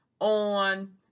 on